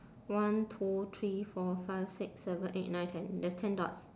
one two three four five six seven eight nine ten there's ten dots